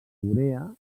urea